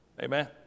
Amen